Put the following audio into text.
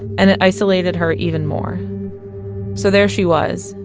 and it isolated her even more so there she was,